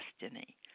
destiny